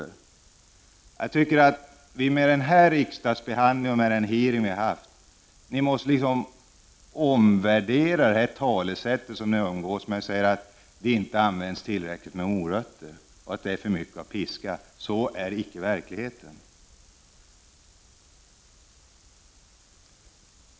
Jag tycker att vi med denna riksdagsbehandling och med den hearing vi har haft måste omvärdera det talesätt ni umgås med då ni säger att det inte används tillräckligt med ”morötter”, att det är för mycket av piska. Så är icke verkligheten.